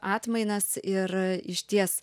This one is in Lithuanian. atmainas ir išties